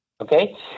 Okay